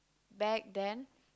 back then